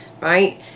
right